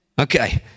okay